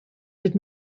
did